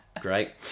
great